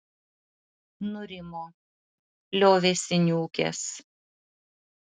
nurimo liovėsi niūkęs